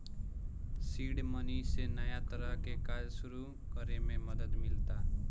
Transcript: seed money से नया तरह के कार्य सुरू करे में मदद मिलता